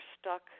stuck